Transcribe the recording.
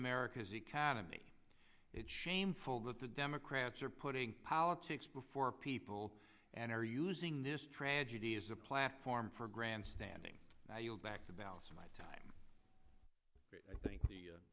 america's economy it's shameful that the democrats are putting politics before people and are using this tragedy as a platform for grandstanding now you'll back to balance my time i think